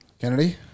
Kennedy